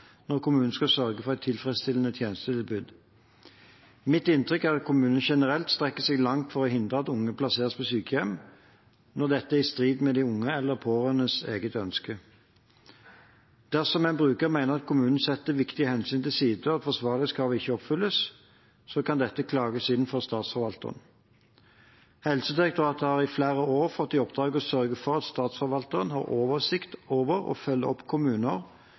når kommunen skal sørge for et tilfredsstillende tjenestetilbud. Mitt inntrykk er at kommunene generelt strekker seg langt for å hindre at unge plasseres på sykehjem når dette er i strid med de unges eller pårørendes eget ønske. Dersom en bruker mener at kommunen setter viktige hensyn til side, og at forsvarlighetskravet ikke oppfylles, kan dette klages inn for Statsforvalteren. Helsedirektoratet har i flere år fått i oppdrag å sørge for at Statsforvalteren har oversikt over og følger opp kommuner